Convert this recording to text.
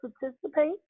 participate